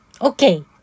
Okay